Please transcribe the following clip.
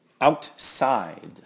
Outside